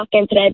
today